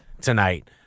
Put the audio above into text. tonight